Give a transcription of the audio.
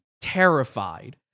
terrified